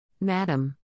Madam